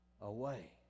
away